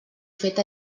fet